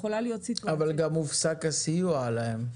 יכולה להיות סיטואציה --- אבל גם הופסק הסיוע להם.